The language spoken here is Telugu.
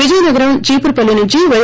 విజయనగరం చీపురుపల్లి నుంచి పై